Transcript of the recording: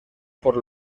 por